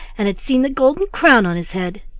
and had seen the golden crown on his head!